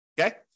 Okay